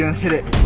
hit it.